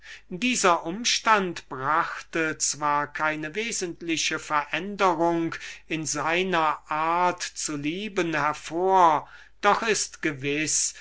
dieser umstand brachte zwar keine wesentliche veränderung in seiner art zu lieben hervor doch ist gewiß